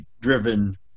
driven